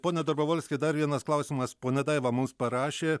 pone dobrovolski dar vienas klausimas ponia daiva mums parašė